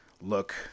look